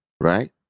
right